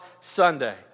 Sunday